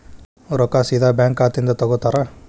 ರೊಕ್ಕಾ ಸೇದಾ ಬ್ಯಾಂಕ್ ಖಾತೆಯಿಂದ ತಗೋತಾರಾ?